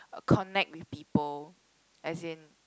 connect with people as in